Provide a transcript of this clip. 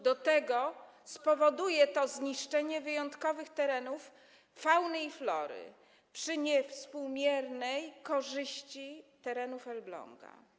Do tego spowoduje zniszczenie wyjątkowych terenów fauny i flory przy niewspółmiernej korzyści terenów Elbląga.